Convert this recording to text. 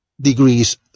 degrees